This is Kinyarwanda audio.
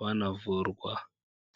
banavurwa.